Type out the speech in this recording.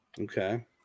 Okay